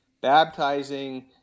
baptizing